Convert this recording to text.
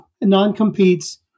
non-competes